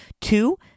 Two